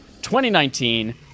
2019